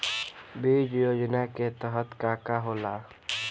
बीज योजना के तहत का का होला?